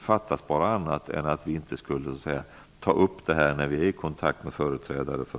Fattas bara att vi inte skulle ta upp frågan vid våra kontakter med företrädare för